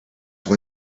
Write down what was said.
when